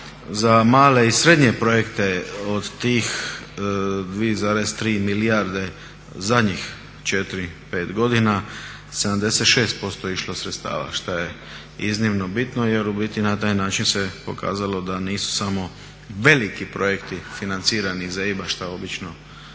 za male i srednje projekte od tih 2,3 milijarde zadnjih 4, 5 godina 76% je išlo sredstava šta je iznimno bitno jer u biti na taj način se pokazalo da nisu samo veliki projekti financirani iz EIB-a šta obično